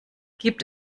gibt